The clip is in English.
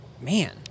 Man